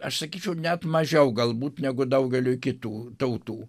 aš sakyčiau net mažiau galbūt negu daugeliui kitų tautų